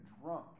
drunk